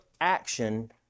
action